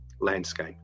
landscape